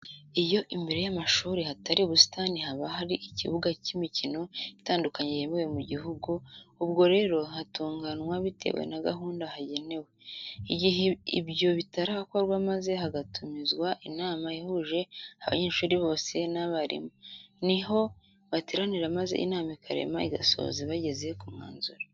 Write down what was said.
Iyo imbere y'amashuri hatari ubusitani haba hari ikibuga cy'imikino itadukanye yemewe mu gihugu; ubwo rero hatunganwa bitewe na gahunda hagenewe; igihe ibyo bitarakorwa maze hagatumizwa inama ihuje abanyeshuri bose n'abarimu, ni ho bateranira maze inama ikarema igasoza bageze ku mwanzuro.